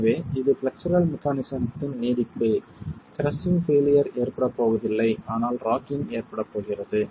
எனவே இது பிளக்ஸர் மெக்கானிஸத்தின் நீட்டிப்பு கிரஸ்ஸிங் பெயிலியர் ஏற்படப் போவதில்லை ஆனால் ராக்கிங் ஏற்படப் போகிறது